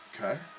Okay